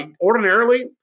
ordinarily